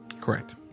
correct